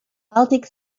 baltic